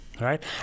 right